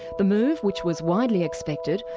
the move, which was widely expected,